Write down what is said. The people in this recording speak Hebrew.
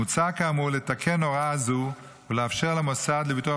מוצע כאמור לתקן הוראה זו ולאפשר למוסד לביטוח